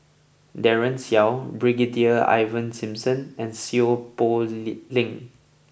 Daren Shiau Brigadier Ivan Simson and Seow Poh Leng